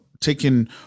Taking